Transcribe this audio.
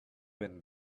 been